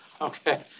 okay